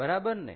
બરાબર ને